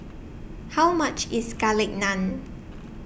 How much IS Garlic Naan